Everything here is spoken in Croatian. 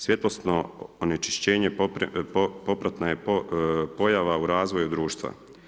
Svjetlosno onečišćenje popratna je pojava u razvoju društva.